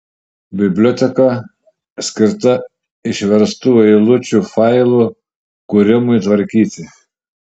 biblioteka skirta išverstų eilučių failų kūrimui tvarkyti